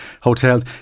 hotels